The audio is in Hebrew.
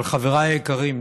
אבל חבריי היקרים,